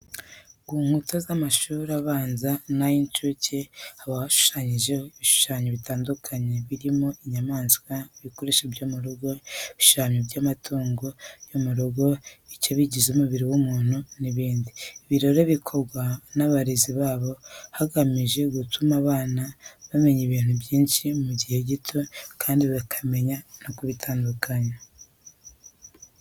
Ku nkuta z'amashuri abanza n'ay'incuke haba hashushanyijeho ibishushanyo bitandukanye birimo inyamaswa, ibikoresho byo mu rugo, ibishushanyo by'amatungo yo mu rugo, ibice bigize umubiri w'umuntu n'ibindi. Ibi rero bikorwa n'abarezi babo bagamije gutuma aba bana bamenya ibintu byinshi mu gihe gito kandi bakamenya no kubitandukanya.